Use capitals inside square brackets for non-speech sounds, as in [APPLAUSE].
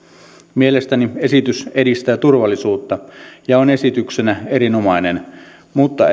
mielestäni esitys edistää turvallisuutta ja on esityksenä erinomainen mutta [UNINTELLIGIBLE]